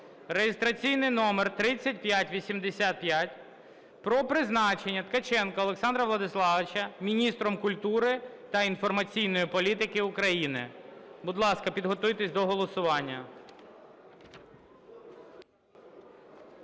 (реєстраційний номер 3585) про призначення Ткаченка Олександра Владиславовича Міністром культури та інформаційної політики України. Будь ласка, підготуйтесь до голосування.